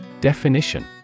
Definition